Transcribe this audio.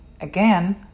again